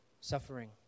suffering